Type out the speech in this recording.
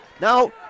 now